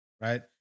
right